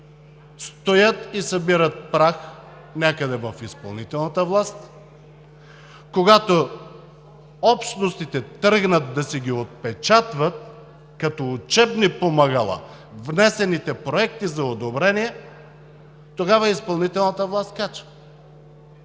стоят и събират прах някъде в изпълнителната власт. Когато общностите тръгнат да си ги отпечатват като учебни помагала внесените проекти за одобрение, тогава изпълнителната власт скача.